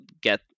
get